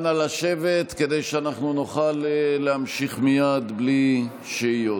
אנא לשבת כדי שנוכל להמשיך מייד, בלי שהיות.